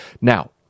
Now